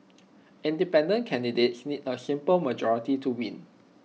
independent candidates need A simple majority to win